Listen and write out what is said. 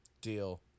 Deal